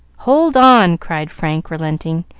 hold on! cried frank, relenting.